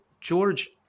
George